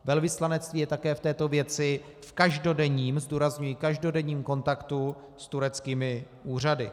Velvyslanectví je také v této věci v každodenním zdůrazňuji každodenním kontaktu s tureckými úřady.